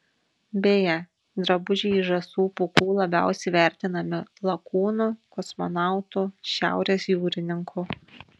beje drabužiai iš žąsų pūkų labiausiai vertinami lakūnų kosmonautų šiaurės jūrininkų